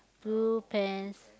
blue pants